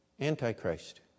antichrist